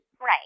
Right